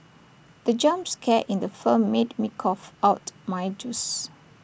the jump scare in the film made me cough out my juice